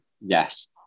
yes